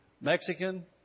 Mexican